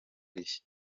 rishya